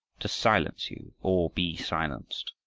to silence you or be silenced.